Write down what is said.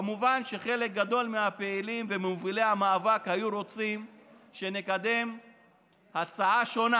כמובן שחלק גדול מהפעילים וממובילי המאבק היו רוצים שנקדם הצעה שונה.